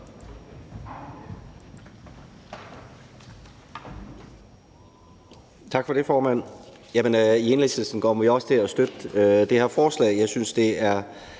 Tak for det, formand. I Enhedslisten kommer vi også til at støtte det her forslag. Jeg synes, det er